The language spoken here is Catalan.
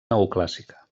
neoclàssica